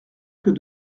que